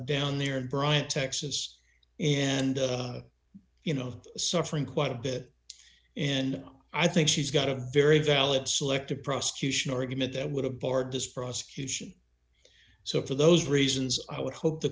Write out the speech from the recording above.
down there in bryant texas and you know suffering quite a bit and i think she's got a very valid selective prosecution argument that would have barred this prosecution so for those reasons i would hope the